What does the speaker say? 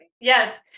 Yes